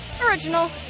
Original